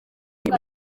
uyu